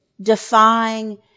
defying